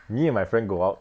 me and my friend go out